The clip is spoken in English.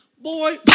Boy